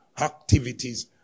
activities